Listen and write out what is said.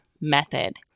method